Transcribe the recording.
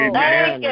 Amen